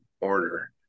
order